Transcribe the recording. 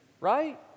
right